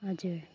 हजुर